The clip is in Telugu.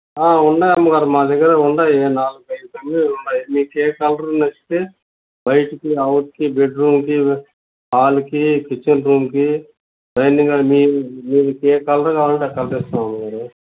ఉన్నాయి అమ్మగారు మా దగ్గర ఉన్నాయి నాలుగు ఐదు కంపెనీలు ఉన్నాయి మీకు ఏ కలర్ నచ్చితే బయటికి అవుట్కి బెడ్ రూమ్కి హాల్కి కిచెన్ రూమ్కి డైనింగ్ హాల్ మీకు ఏ కలర్ కావాలంటే ఆ కలర్ వేపిస్తాము అమ్మగారు